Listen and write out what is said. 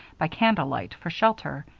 by candlelight, for shelter.